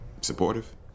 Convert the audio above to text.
supportive